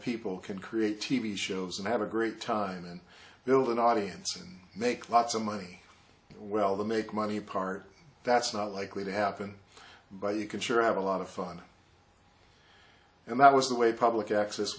people can create t v shows and have a great time and build an audience and make lots of money well the make money part that's not likely to happen but you can sure have a lot of fun and that was the way public access